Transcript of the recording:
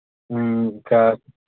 ꯎꯝ